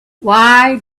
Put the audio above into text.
why